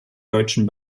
deutschen